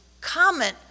comment